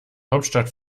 hauptstadt